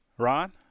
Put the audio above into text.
Ron